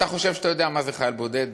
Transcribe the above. אתה חושב שאתה יודע מה זה חייל בודד?